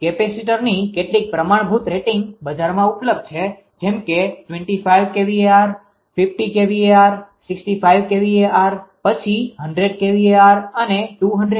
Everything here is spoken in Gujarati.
કેપેસિટર્સની કેટલીક પ્રમાણભૂત રેટિંગ્સ બજારમાં ઉપલબ્ધ છે જેમ કે 25kVAr 50 kVAr 65 kVAr પછી 100 kVAr અને 200 kVAr